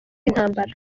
intambara